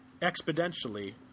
exponentially